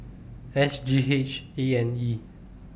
S G H A and E